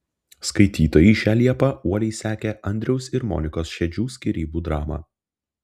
skaitytojai šią liepą uoliai sekė andriaus ir monikos šedžių skyrybų dramą